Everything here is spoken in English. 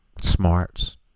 smarts